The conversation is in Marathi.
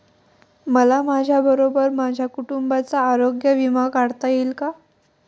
मला माझ्याबरोबर माझ्या कुटुंबाचा आरोग्य विमा काढता येईल का?